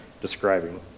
describing